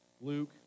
Luke